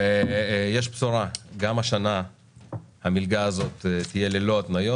ויש בשורה: גם השנה המלגה הזאת תהיה ללא התניות.